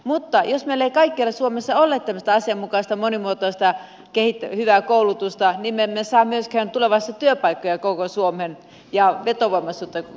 mutta jos meillä ei kaikkialla suomessa ole tämmöistä asianmukaista monimuotoista hyvää koulutusta niin me emme saa myöskään tulevaisuudessa työpaikkoja koko suomeen ja vetovoimaisuutta koko suomelle